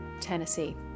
Tennessee